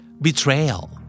Betrayal